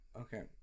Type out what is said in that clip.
Okay